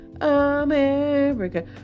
America